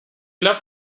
left